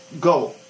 go